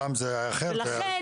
זה היה בעמותות.